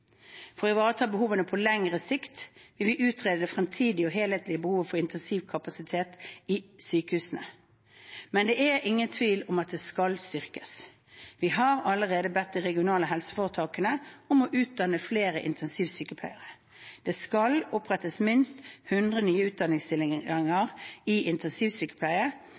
For å ivareta behovene på lengre sikt vil vi utrede det fremtidige og helhetlige behovet for intensivkapasitet i sykehusene. Men det er ingen tvil om at det skal styrkes. Vi har allerede bedt de regionale helseforetakene om å utdanne flere intensivsykepleiere. Det skal opprettes minst 100 nye utdanningsstillinger i intensivsykepleie,